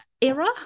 era